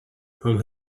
from